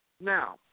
Now